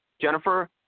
Jennifer